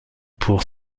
pour